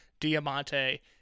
Diamante